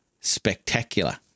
spectacular